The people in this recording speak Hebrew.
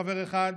חבר אחד,